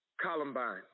Columbine